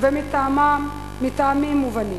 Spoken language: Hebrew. ומטעמים מובנים,